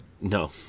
No